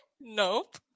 Nope